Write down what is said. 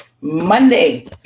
Monday